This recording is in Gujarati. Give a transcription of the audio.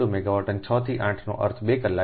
2 મેગાવાટ અને 6 થી 8 નો અર્થ 2 કલાક